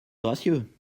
gracieux